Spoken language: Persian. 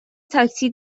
تاکسی